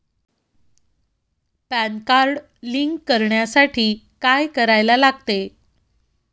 Pan card link करण्यासाठी काय करायला लागते?